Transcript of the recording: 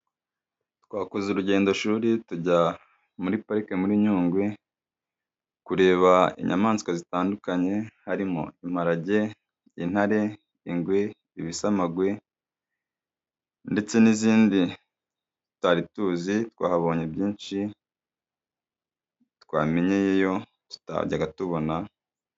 Twakoze urugendo shuri tujya muri parike muri nyungwe kureba inyamaswa zitandukanye, harimo imparage, intare, ingwe, ibisamagwe, ndetse n'izindi tutari tuzi, twabonye byinshi twamenyeyeyo tutajyaga tubona.